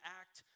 act